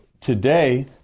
today